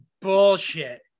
bullshit